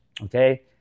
okay